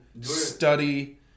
study